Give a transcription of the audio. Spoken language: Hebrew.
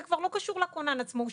זה כבר לא קשור לכונן עצמו.